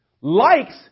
Likes